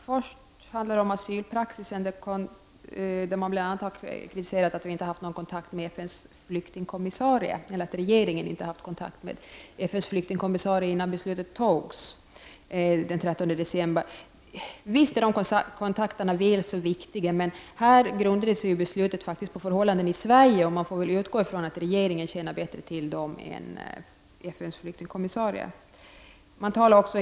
När det gäller asylpraxis har man bl.a. kritiserat att regeringen inte har haft någon kontakt med FN:s flyktingkommissarie innan beslutet fattades den 13 december. Visst är dessa kontakter väl så viktiga, men här grundar sig beslutet på förhållanden i Sverige, och man får utgå ifrån att regeringen känner bättre till dessa förhållanden än FNs flyktingkommissarie.